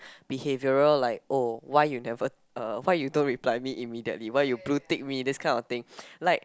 behavioral like oh why you never uh why you don't reply me immediately why you blue tick me this kind of thing like